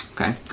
okay